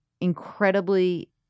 incredibly